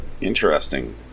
Interesting